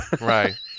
Right